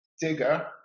digger